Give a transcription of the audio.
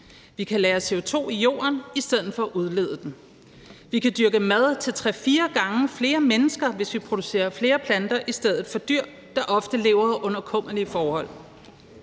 vi kan lagre CO2 i jorden i stedet for at udlede den; vi kan dyrke mad til tre-fire gange flere mennesker, hvis vi producerer flere planter i stedet for dyr, der ofte lever under kummerlige forhold.